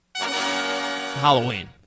Halloween